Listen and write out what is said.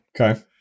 Okay